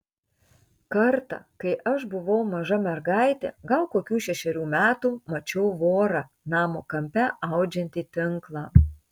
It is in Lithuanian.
kartą kai aš buvau maža mergaitė gal kokių šešerių metų mačiau vorą namo kampe audžiantį tinklą